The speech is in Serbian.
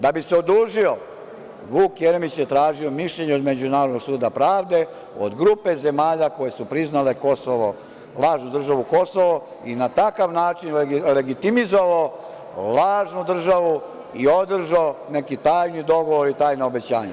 Da bi se odužio, Vuk Jeremić je tražio mišljenje od Međunarodnog suda pravde, od grupe zemalja koje su priznale lažnu državu Kosovo i na takav način legitimizovao lažnu državu i održao neki tajni dogovor i tajna obećanja.